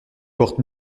portent